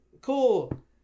cool